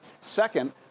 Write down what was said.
Second